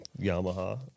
Yamaha